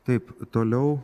taip toliau